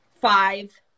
five